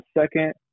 second